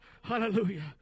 Hallelujah